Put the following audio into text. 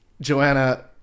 joanna